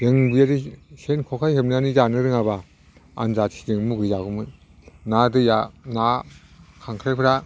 जों बेबायदि सेन खखा हेबनानै जानो रोङाबा आन जाथिजों मुगैजागौमोन ना दैया ना खांख्राइफोरा